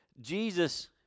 Jesus